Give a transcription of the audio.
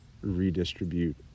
redistribute